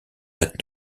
but